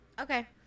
Okay